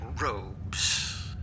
robes